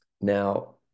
now